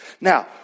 Now